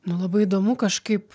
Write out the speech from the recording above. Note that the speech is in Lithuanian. nu labai įdomu kažkaip